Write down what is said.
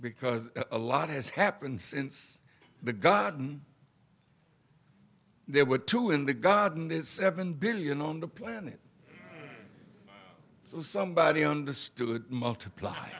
because a lot has happened since the garden there were two in the garden is seven billion on the planet so somebody understood multiply